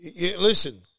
Listen